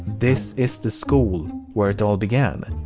this is the school where it all began.